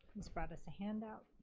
he's brought us a handout.